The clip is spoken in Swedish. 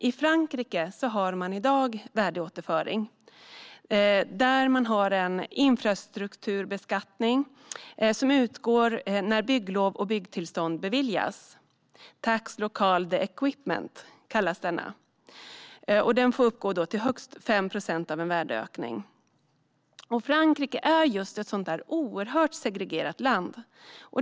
I Frankrike finns i dag värdeåterföring. Man har en infrastrukturbeskattning, kallad taxe locale d'équipement, som utgår när bygglov och byggtillstånd beviljas. Den får uppgå till högst 5 procent av en värdeökning. Frankrike är ett oerhört segregerat land.